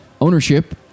Ownership